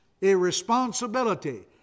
irresponsibility